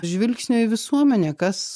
žvilgsnio į visuomenę kas